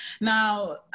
Now